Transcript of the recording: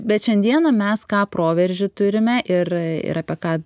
bet šiandieną mes ką proveržį turime ir ir apie ką